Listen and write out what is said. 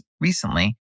recently